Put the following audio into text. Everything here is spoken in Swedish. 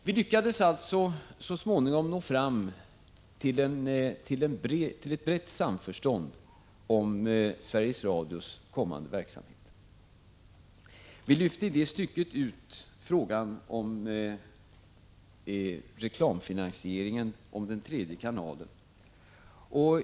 Vi lyckades alltså så småningom nå fram till ett brett samförstånd om Sveriges Radios kommande verksamhet. Vi lyfte i det stycket ut frågan om reklamfinansieringen vad gäller den tredje kanalen.